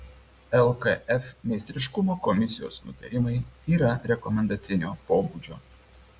lkf meistriškumo komisijos nutarimai yra rekomendacinio pobūdžio